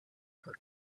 her